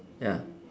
ya